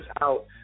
out